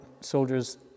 soldiers